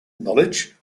knowledge